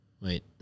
Wait